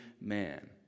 man